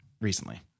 recently